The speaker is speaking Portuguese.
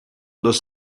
dos